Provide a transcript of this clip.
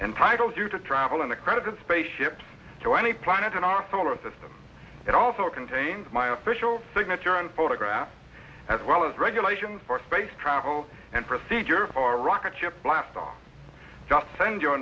entitles you to travel in the credited spaceship to any planet in our solar system it also contains my official signature and photograph as well as regulations for space travel and procedure for rocket ship blast off just send your